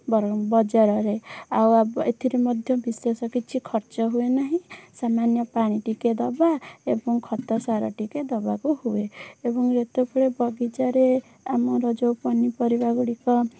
ବଜାରରେ ଆଉ ଏଥିରେ ମଧ୍ୟ ବିଶେଷ କିଛି ଖର୍ଚ୍ଚ ହୁଏ ନାହିଁ ସାମାନ୍ୟ ପାଣି ଟିକିଏ ଦେବା ଏବଂ ଖତ ସାର ଟିକିଏ ଦେବାକୁ ହୁଏ ଏବଂ ଯେତେବେଳେ ବଗିଚାରେ ଆମର ଯେଉଁ ପନିପରିବାଗୁଡ଼ିକ